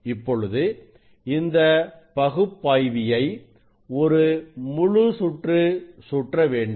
இப்பொழுது இந்த பகுப்பாய்வியை ஒரு முழு சுற்று சுற்றவேண்டும்